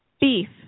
beef